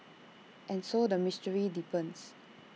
and so the mystery deepens